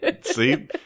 see